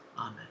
Amen